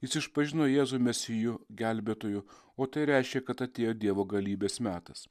jis išpažino jėzų mesiju gelbėtoju o tai reiškia kad atėjo dievo galybės metas